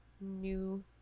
new